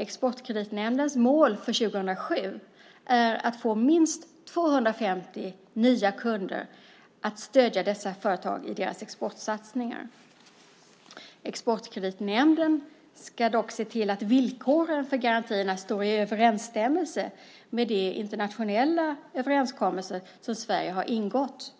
Exportkreditnämndens mål för 2007 är att få minst 250 nya kunder och att stödja dessa företag i deras exportsatsningar. Exportkreditnämnden ska dock se till att villkoren för garantierna står i överensstämmelse med de internationella överenskommelser som Sverige har ingått